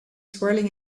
swirling